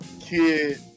kid